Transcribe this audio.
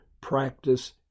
practice